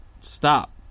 stop